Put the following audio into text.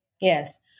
Yes